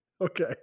okay